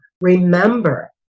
remember